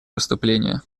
выступления